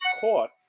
caught